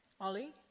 Ollie